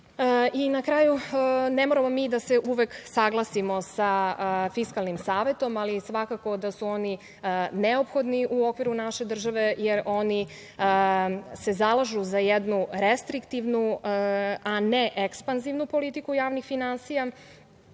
kraju, ne moramo mi da se uvek saglasimo sa Fiskalnim savetom, ali svakako da su oni neophodni u okviru naše države, jer oni se zalažu za jednu restriktivnu, a ne ekspanzivnu politiku javnih finansija,